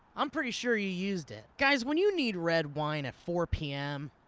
i'm pretty sure you used it. guys, when you need red wine at four pm,